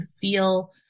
feel